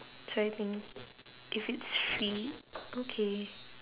so I think if it's free okay